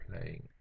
playing